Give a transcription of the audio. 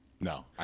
no